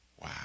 Wow